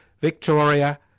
Victoria